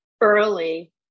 early